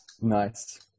nice